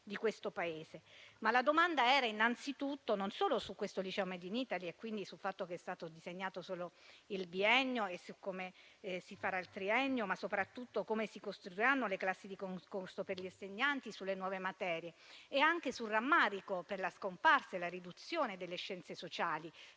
La domanda era innanzitutto non solo su questo liceo del *made in Italy* e quindi sul fatto che è stato disegnato solo il biennio, su come si farà il triennio, ma soprattutto su come si costruiranno le classi di concorso per gli insegnanti, sulle nuove materie e anche sul rammarico per la scomparsa e la riduzione delle scienze sociali.